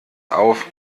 auf